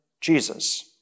Jesus